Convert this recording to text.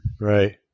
right